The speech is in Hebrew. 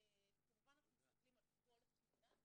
וכמובן אנחנו מסתכלים על כל התמונה.